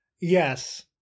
yes